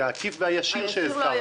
זה העקיף והישיר שהזכרנו.